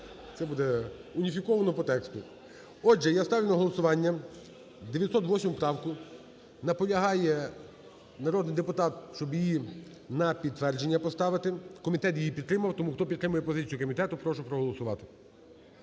це буде уніфіковано по тексту. Отже, я ставлю на голосування 908 правку, наполягає народний депутат, щоб її на підтвердження поставити. Комітет її підтримав. Тому хто підтримує позицію комітету, прошу проголосувати.